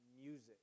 music